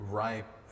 ripe